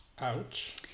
Ouch